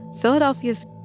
Philadelphia's